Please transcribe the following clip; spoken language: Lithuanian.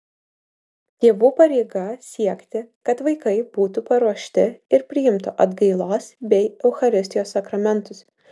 tėvų pareiga siekti kad vaikai būtų paruošti ir priimtų atgailos bei eucharistijos sakramentus